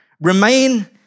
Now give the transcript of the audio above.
Remain